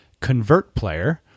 convertplayer